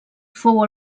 fou